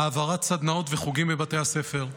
העברת סדנאות וחוגים בבתי הספר,